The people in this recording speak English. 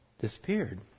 disappeared